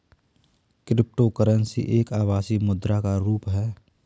cryptocurrency एक आभासी मुद्रा का रुप है